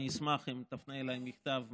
ואשמח אם תפנה אליי מכתב מסודר,